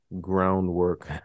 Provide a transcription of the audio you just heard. groundwork